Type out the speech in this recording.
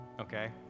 okay